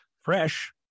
fresh